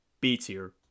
B-tier